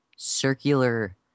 circular